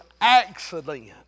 accident